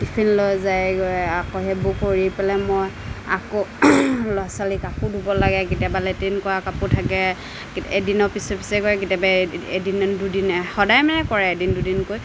tiffin লৈ যায়গৈ আকৌ সেইবোৰ কৰি পেলাই মই আকৌ ল'ৰা ছোৱালীৰ কাপোৰ ধুব লাগে কেতিয়াবা লেট্ৰিণ কৰা কাপোৰ থাকে কে এদিনৰ পিচে পিচে কৰে কেতিয়াবা এ এদিন নে দুদিন সদায় মানে কৰে এদিন দুদিন কৈ